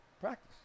Practice